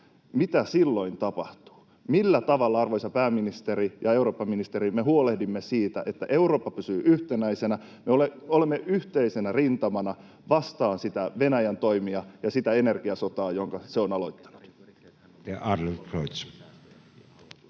mitä silloin tapahtuu. Millä tavalla, arvoisat pääministeri ja eurooppaministeri, me huolehdimme siitä, että Eurooppa pysyy yhtenäisenä ja me olemme yhteisenä rintamana vastaan niitä Venäjän toimia ja sitä energiasotaa, jonka se on aloittanut?